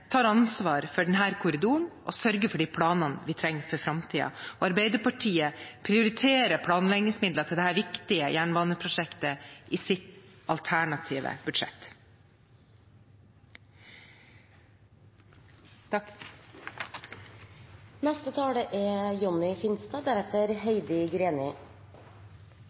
tar ansvar for denne korridoren og sørger for de planene vi trenger for framtiden. Arbeiderpartiet prioriterer planleggingsmidler til dette viktige jernbaneprosjektet i sitt alternative